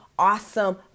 Awesome